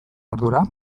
ardura